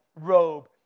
robe